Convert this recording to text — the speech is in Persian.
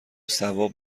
ثواب